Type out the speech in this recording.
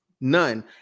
none